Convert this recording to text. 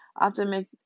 optimistic